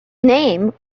name